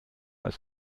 als